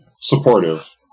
supportive